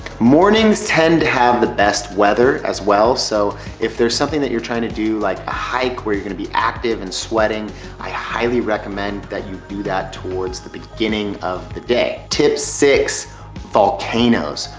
mornings tend to have the best weather as well so if there's something that you're trying to do like a hike where you're gonna be active and sweating i highly recommend that you do that towards the beginning of the day. tip six volcanoes.